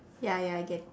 ya ya I get it